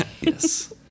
Yes